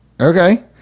Okay